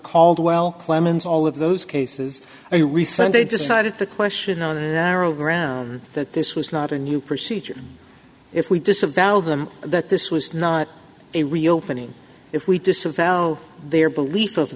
caldwell clemens all of those cases i recently decided to question on a narrow grounds that this was not a new procedure if we disavow them that this was not a reopening if we disavow their belief of